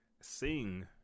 sing